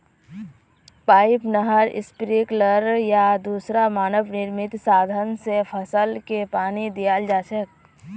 pipe, नहर, sprinkler या दूसरा मानव निर्मित साधन स फसलके पानी दियाल जा छेक